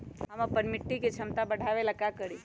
हम अपना मिट्टी के झमता बढ़ाबे ला का करी?